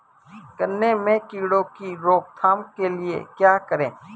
गन्ने में कीड़ों की रोक थाम के लिये क्या करें?